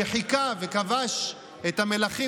שחיכה וכבש את המלכים,